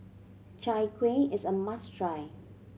Chai Kueh is a must try